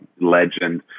legend